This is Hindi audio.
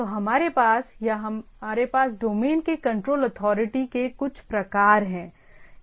तो हमारे पास या हमारे पास डोमेन के कंट्रोल अथॉरिटी के कुछ प्रकार हैं